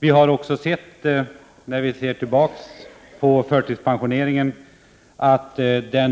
Vi har också sett att förtidspensioneringen